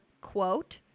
quote